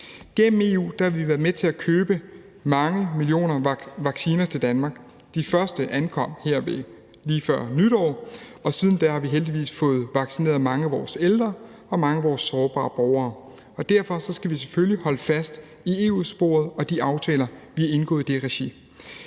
Gennem EU har vi været med til at købe mange millioner vacciner til Danmark. De første ankom lige før nytår, og siden da har vi heldigvis fået vaccineret mange af vores ældre og mange af vores sårbare borgere. Derfor skal vi selvfølgelig holde fast i EU-sporet og de aftaler, vi har indgået i det regi.